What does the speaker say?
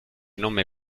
nome